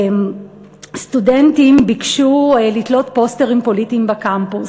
סטודנטים ביקשו לתלות פוסטרים פוליטיים בקמפוס.